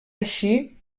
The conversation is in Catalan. així